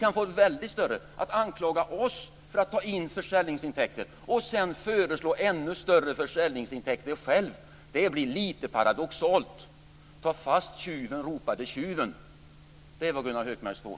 Att ni anklagar oss för att ta in försäljningsintäkter och sedan själva föreslår ännu större försäljningsintäkter blir lite paradoxalt. Ta fast tjuven! ropade tjuven. Det är vad Gunnar